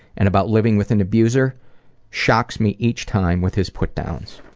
and about living with an abuser shocks me each time with his put-downs.